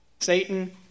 Satan